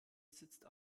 sitzt